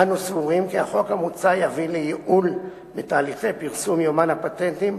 אנו סבורים כי החוק המוצע יביא לייעול בתהליכי פרסום יומן הפטנטים,